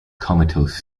comatose